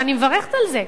ואני מברכת על זה,